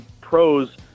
pros